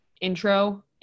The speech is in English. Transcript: intro